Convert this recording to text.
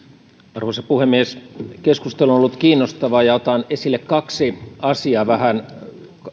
arvoisa puhemies keskustelu on ollut kiinnostavaa ja otan esille kaksi asiaa